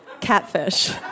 Catfish